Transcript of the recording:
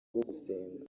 gusenga